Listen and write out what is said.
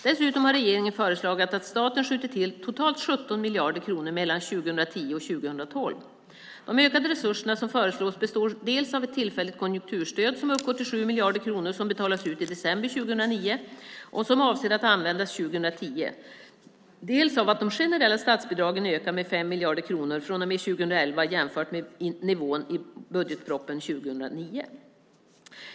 Dessutom har regeringen föreslagit att staten skjuter till totalt 17 miljarder kronor mellan 2010 och 2012. De ökade resurserna som föreslås består dels av ett tillfälligt konjunkturstöd som uppgår till 7 miljarder kronor som betalas ut i december 2009 och som avser att användas 2010, dels av att de generella statsbidragen ökar med 5 miljarder kronor från och med 2011 jämfört med nivån i budgetpropositionen 2009.